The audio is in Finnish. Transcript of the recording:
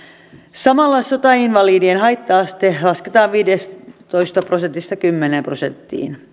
samalla sotainvalidien haitta aste lasketaan viidestätoista prosentista kymmeneen prosenttiin